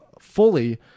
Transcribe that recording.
fully